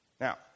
Now